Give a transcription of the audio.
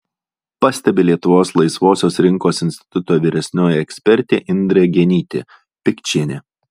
pastebi lietuvos laisvosios rinkos instituto vyresnioji ekspertė indrė genytė pikčienė